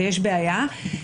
ויש בעיה,